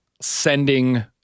sending